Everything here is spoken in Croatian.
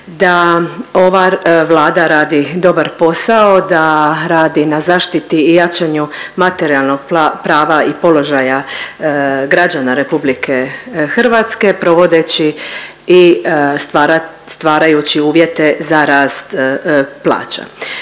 da ova Vlada dobar posao, da radi na zaštiti i jačanju materijalnog prava i položaja građana RH provodeći i stvarajući uvjete za rast plaća.